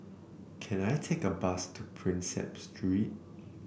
can I take a bus to Prinsep Street